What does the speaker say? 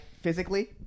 physically